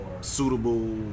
suitable